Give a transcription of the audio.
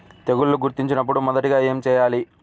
తెగుళ్లు గుర్తించినపుడు మొదటిగా ఏమి చేయాలి?